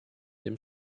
dem